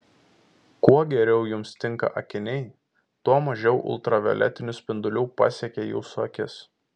kuo geriau jums tinka akiniai tuo mažiau ultravioletinių spindulių pasiekia jūsų akis